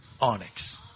Onyx